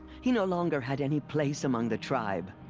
he no longer had any place among the tribe.